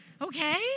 okay